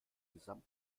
gesamte